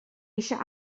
eisiau